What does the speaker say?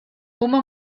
uma